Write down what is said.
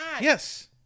Yes